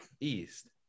East